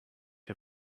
her